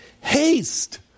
Haste